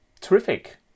terrific